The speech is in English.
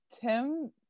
tim